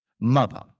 mother